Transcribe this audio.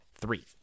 three